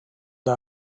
the